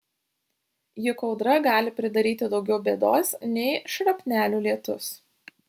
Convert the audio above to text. juk audra gali pridaryti daugiau bėdos nei šrapnelių lietus